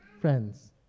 friends